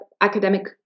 academic